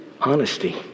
honesty